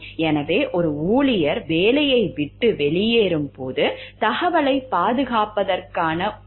எனவே ஒரு ஊழியர் வேலையை விட்டு வெளியேறும்போது தகவலைப் பாதுகாப்பதற்கான பொறுப்பு உண்மையில் முடிவடையாது